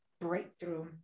breakthrough